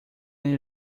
need